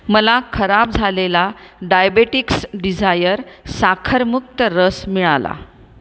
मला खराब झालेला डायबेटिक्स डिझायर साखरमुक्त रस मिळाला